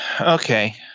Okay